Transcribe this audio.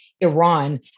Iran